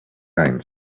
coins